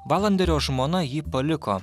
valanderio žmona jį paliko